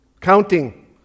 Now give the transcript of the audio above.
counting